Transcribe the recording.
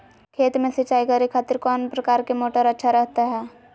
खेत में सिंचाई करे खातिर कौन प्रकार के मोटर अच्छा रहता हय?